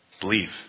believe